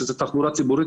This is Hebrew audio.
שזו תחבורה ציבורית,